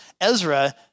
Ezra